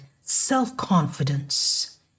self-confidence